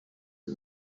the